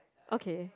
okay